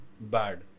bad